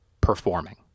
performing